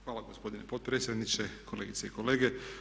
Hvala gospodine potpredsjedniče, kolegice i kolege.